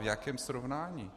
V jakém srovnání?